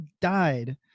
died